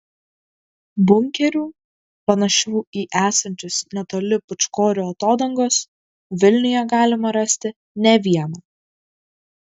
bunkerių panašių į esančius netoli pūčkorių atodangos vilniuje galima rasti ne vieną